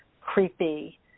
creepy